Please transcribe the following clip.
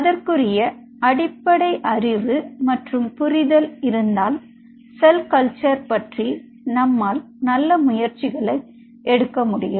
அதற்குரிய அடிப்படை அறிவு புரிதல் இருந்தால் செல் கல்ச்சர் பற்றி நம்மால் நல்ல முயற்சிகளை எடுக்க முடியும்